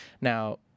Now